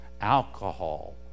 alcohol